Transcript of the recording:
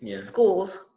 schools